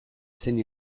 zen